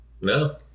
No